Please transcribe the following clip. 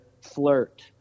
flirt